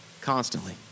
Constantly